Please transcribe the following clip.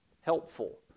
helpful